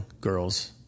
Girls